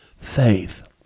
Faith